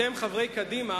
אתם, חברי קדימה,